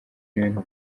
n’ibintu